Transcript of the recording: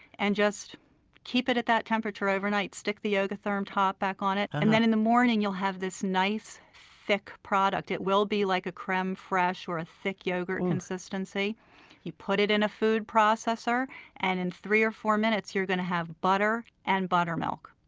and just keep it at that temperature overnight. stick the yogotherm top back on it, and then in the morning you'll have this nice, thick product. it will be like a creme fraiche or a thick yogurt and consistency put it in a food processor and in three or four minutes you're going to have butter and buttermilk.